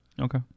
Okay